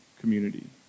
community